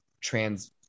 trans